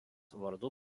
vardu